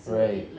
right